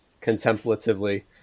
contemplatively